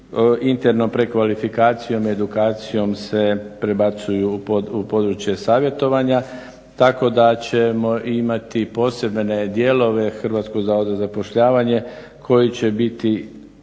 internom prekvalifikacijom i edukacijom se prebacuju u područje savjetovanja. Tako da ćemo imati posebne dijelove Hrvatskog zavoda za zapošljavanje koji će biti